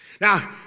Now